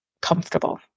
comfortable